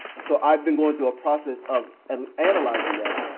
so i've been going through a process of um analyzing that,